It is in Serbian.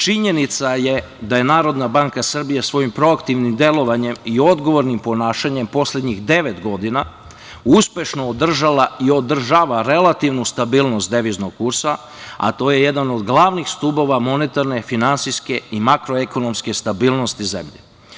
Činjenica je da je Narodna banka Srbije svojim proaktivnim delovanjem i odgovornim ponašanjem poslednjih devet godina uspešno održala i održava relativnu stabilnost deviznog kursa, a to je jedan od glavnih stubova monetarne, finansijske i makroekonomske stabilnosti zemlje.